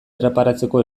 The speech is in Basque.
erreparatzeko